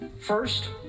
First